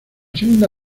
segunda